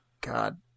god